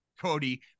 Cody